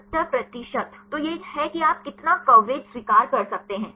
70 प्रतिशत तो यह है कि आप कितना कवरेज स्वीकार कर सकते हैं